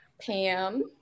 Pam